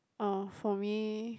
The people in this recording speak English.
oh for me